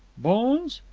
bones?